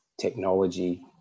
technology